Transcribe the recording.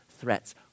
threats